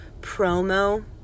PROMO